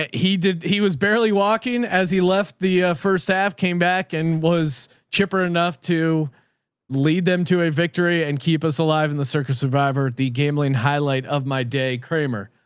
ah he did. he was barely walking as he left the first half came back and was chipper enough to lead them to a victory and keep us alive in the circus survivor. the gambling highlight of my day kramer,